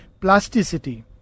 plasticity